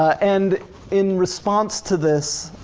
and in response to this,